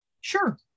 Sure